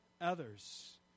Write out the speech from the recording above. others